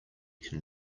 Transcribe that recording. can